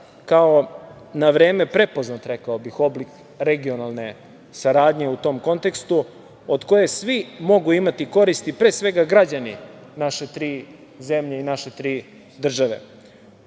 kao na vreme prepoznat oblik regionalne saradnje u tom kontekstu od koje svi mogu imati koristi, pre svega građani naše tri zemlje i naše tri države.